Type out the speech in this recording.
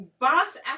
boss